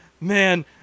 Man